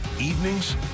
evenings